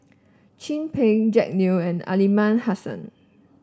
Chin Peng Jack Neo and Aliman Hassan